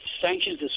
sanctions